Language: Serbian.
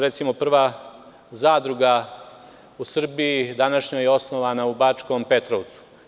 Recimo, prva zadruga u današnjoj Srbiji osnovana je u Bačkom Petrovcu.